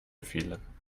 fehlen